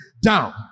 down